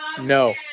No